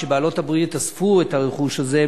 כשבעלות-הברית אספו את הרכוש הזה,